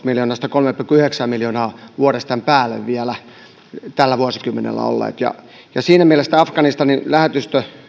miljoonasta kolmeen pilkku yhdeksään miljoonaan vuodessa vielä tämän päälle tällä vuosikymmenellä olleet afganistanin lähetystö